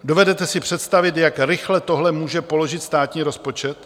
Dovedete si představit, jak rychle tohle může položit státní rozpočet?